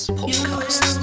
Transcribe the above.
podcast